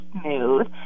smooth